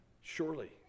surely